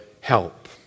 help